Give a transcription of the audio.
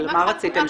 אבל מה רציתם?